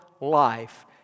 life